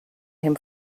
him